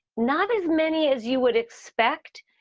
not as many as you would expect.